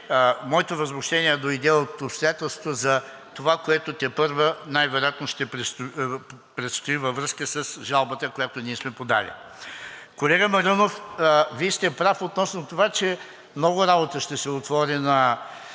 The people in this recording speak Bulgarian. моето възмущение дойде от обстоятелството за това, което тепърва най-вероятно ще предстои във връзка с жалбата, която ние сме подали. Колега Маринов, Вие сте прав относно това, че много работа ще се отвори на